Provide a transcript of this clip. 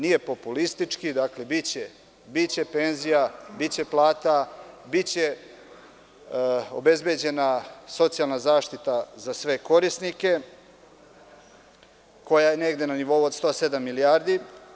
Nije populistički, dakle, biće penzija, biće plata, biće obezbeđena socijalna zaštita za sve korisnike koja je negde na nivou od 107 milijardi.